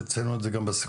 תציינו את זה גם בסיכום,